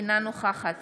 אינה נוכחת